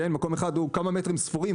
מקום אחד הוא כמה מטרים ספורים,